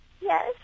Yes